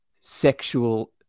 sexual